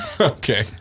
Okay